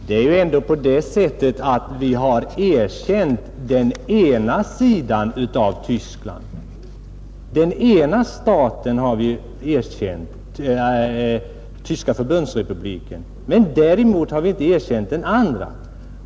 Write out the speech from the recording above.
Fru talman! Det är ändå på det sättet att vi har erkänt den ena sidan i Tyskland. Vi har erkänt den ena staten — Tyska förbundsrepubliken — däremot inte den andra.